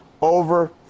over